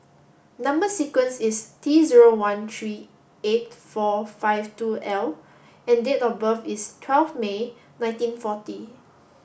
number sequence is T zero one three eight four five two L and date of birth is twelve May nineteen forty